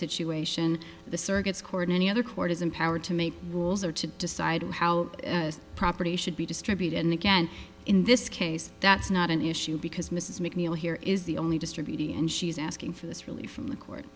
situation the surrogates court any other court is empowered to make rules or to decide how property should be distributed and again in this case that's not an issue because mrs mcneil here is the only distributing and she's asking for this relief from the court